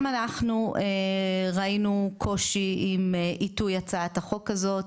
גם אנחנו ראינו קושי עם עיתוי הצעת החוק הזאת,